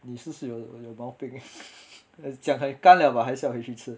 你是不是有你有毛病你讲很干了 but 还是要回去吃